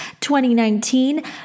2019